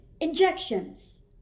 Injections